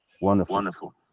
Wonderful